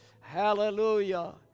Hallelujah